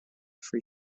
free